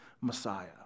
Messiah